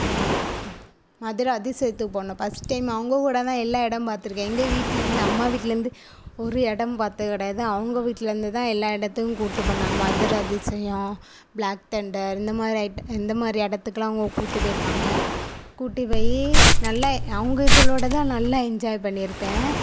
மதுரை அதிசயத்துக்கு போனோம் first time அவங்க கூட தான் எல்லா இடமும் பார்த்துருக்கேன் எங்கள் வீட்டிலேருந்து எங்கள் அம்மா வீட்டிலேருந்து ஒரு இடமும் பார்த்தது கிடையாது அவங்க வீட்டிலேருந்து தான் எல்லா இடத்துக்கும் கூப்பிட்டு போனாங்க மதுரை அதிசயம் ப்ளாக் தண்டர் இந்த மாதிரி ஐட்ட இந்த மாதிரி இடத்துக்குலாம் அவங்க கூப்பிட்டு போயிருக்காங்க கூப்பிட்டு போய் நல்லா அவங்க இதிலோட தான் நல்லா என்ஜாய் பண்ணியிருக்கேன்